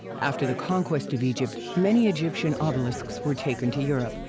after the conquest of egypt, many egyptian obelisks were taken to europe,